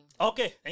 Okay